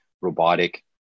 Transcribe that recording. robotic